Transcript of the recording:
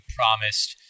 promised